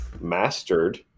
mastered